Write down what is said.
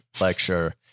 lecture